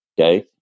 okay